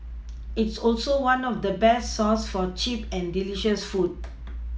it's also one of the best source for cheap and delicious food